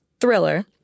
Thriller